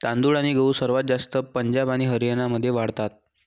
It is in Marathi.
तांदूळ आणि गहू सर्वात जास्त पंजाब आणि हरियाणामध्ये वाढतात